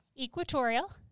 equatorial